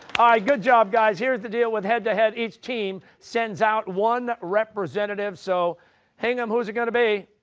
ah good job, guys. here's the deal with head-to-head. each team sends out one representative, so hingham, who's it going to be?